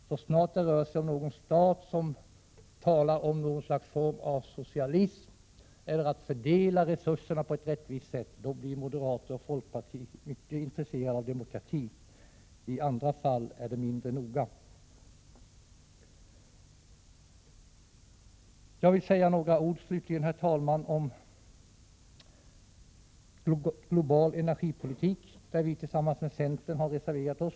Så snart det rör sig om någon stat som talar om en form av socialism eller om att fördela resurserna på ett rättvist sätt blir moderater och folkpartister mycket intresserade av demokrati — i andra fall är de mindre noga. Jag vill slutligen, herr talman, säga några ord om global energipolitik, där vpk tillsammans med centern har reserverat sig.